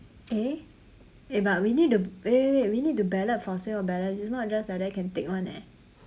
eh eh but we need to wait wait wait we need to ballot for sales of balance it's not just like that can take [one] eh